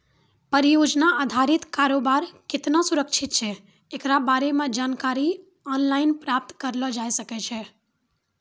परियोजना अधारित कारोबार केतना सुरक्षित छै एकरा बारे मे जानकारी आनलाइन प्राप्त करलो जाय सकै छै